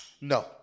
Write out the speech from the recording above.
No